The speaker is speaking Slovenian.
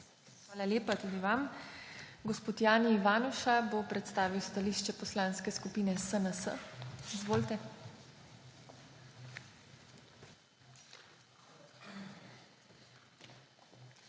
Hvala lepa tudi vam. Gospod Jani Ivanuša bo predstavil stališče Poslanske skupine SNS. Izvolite. **JANI